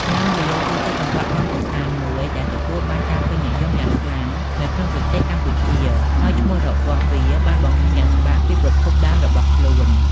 ឡាំលាវ គឺជាចង្វាក់រាំកម្សាន្តមួយដែលទទួលបានការពេញនិយមយ៉ាងខ្លាំងនៅក្នុងប្រទេសកម្ពុជា ហើយឈ្មោះរបស់វាបានបង្ហាញយ៉ាងច្បាស់ពីប្រភពដើមរបស់ខ្លួន។